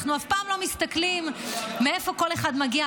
אנחנו אף פעם לא מסתכלים מאיפה כל אחד מגיע,